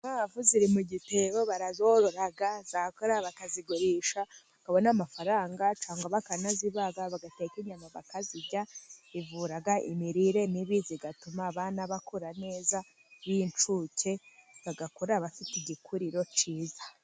Inkwavu ziri mu gitebo, barazorora zakura bakazigurisha, bakabona n'amafaranga cyangwa bakanazibaga bagateka inyama bakazirya, zivura imirire mibi, zigatuma abana bakura neza b'incuke, bagakura bafite igikuriro cyiza.